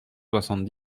soixante